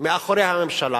מאחורי הממשלה.